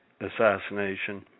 assassination